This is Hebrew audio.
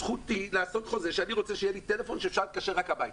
זכותי לעשות חוזה שאני רוצה שאפשר יהיה להתקשר רק הביתה.